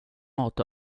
mat